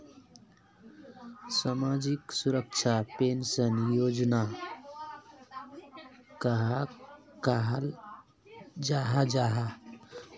सामाजिक सुरक्षा पेंशन योजना कहाक कहाल जाहा जाहा?